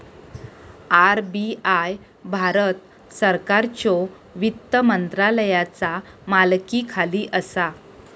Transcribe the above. RBI Bharat सरकारच्यो वित्त मंत्रालयाचा मालकीखाली असा